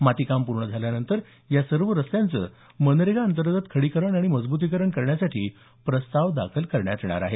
मातीकाम पूर्ण झाल्यानंतर या सर्व रस्त्यांचं मनरेगा अंतर्गत खडीकरण आणि मजब्रतीकरण करण्यासाठी प्रस्ताव दखल करण्यात येणार आहेत